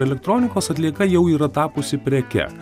elektronikos atlieka jau yra tapusi preke